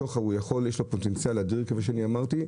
ויש לו פוטנציאל אדיר כפי שאמרתי,